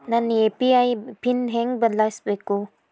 ನನ್ನ UPI PIN ಹೆಂಗ್ ಬದ್ಲಾಯಿಸ್ಬೇಕು?